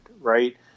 right